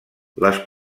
les